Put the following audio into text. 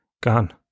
gone